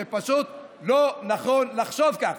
זה פשוט לא נכון לחשוב כך.